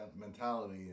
mentality